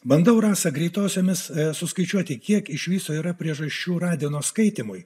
bandau rasa greitosiomis suskaičiuoti kiek iš viso yra priežasčių radino skaitymui